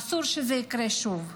ואסור שזה יקרה שוב.